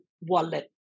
wallet